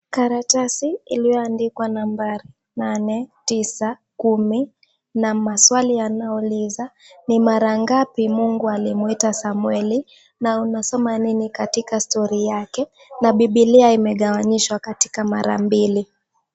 Karatasi iliyoandikwa nambari nane, tisa, kumi na maswali yanayouliza ni mara ngapi Mungu alimwita Samweli na unasoma nini katika story yake na Bibilia imegawanyishwa katika mara mbili.